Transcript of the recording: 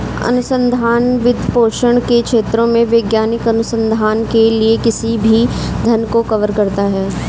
अनुसंधान वित्तपोषण के क्षेत्रों में वैज्ञानिक अनुसंधान के लिए किसी भी धन को कवर करता है